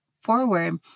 forward